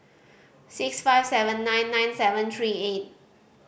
six five seven nine nine seven three eight